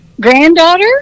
granddaughter